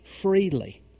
freely